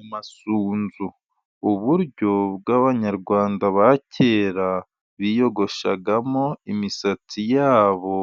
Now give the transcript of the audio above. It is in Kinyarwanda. Amasunzu uburyo bw'abanyarwanda ba kera biyogoshagamo imisatsi yabo,